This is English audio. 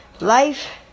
life